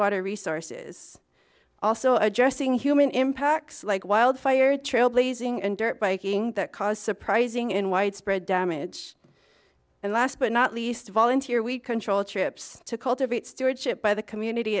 water resources also addressing human impacts like wildfire trailblazing and dirt biking that cause surprising in widespread damage and last but not least volunteer we control trips to cultivate stewardship by the community